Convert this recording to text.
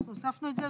אנחנו הוספנו את זה.